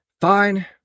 Fine